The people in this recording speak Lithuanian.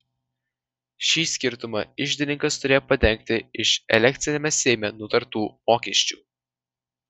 šį skirtumą iždininkas turėjo padengti iš elekciniame seime nutartų mokesčių